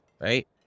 Right